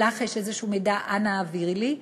אם לך יש איזה מידע, אנא העבירי לי.